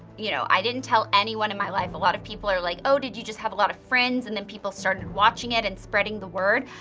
you know, i didn't tell anyone in my life. a lot of people are like, oh, did you just have a lot of friends, and then people started watching it and spreading the word?